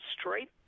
straight